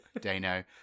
Dano